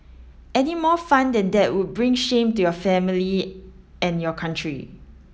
any more fun that that would bring shame to your family and your country